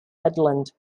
midland